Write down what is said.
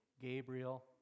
Gabriel